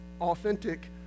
authentic